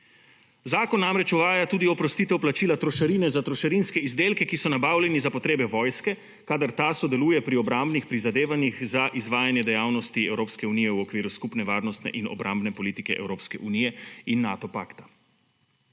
Zakon namreč uvaja tudi oprostitev plačila trošarine za trošarinske izdelke, ki so nabavljeni za potrebe vojske kadar ta sodeluje pri obrambnih prizadevanjih za izvajanje dejavnosti Evropske unije v okviru skupne varnostne in obrambne politike Evropske unije in Nato pakta.